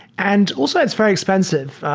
and also, it's very expensive.